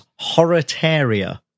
Horataria